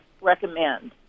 recommend